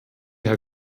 herr